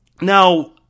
Now